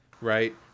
right